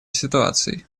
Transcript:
ситуацией